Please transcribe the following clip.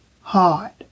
hard